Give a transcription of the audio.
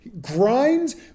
grinds